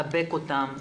לחבק אותם,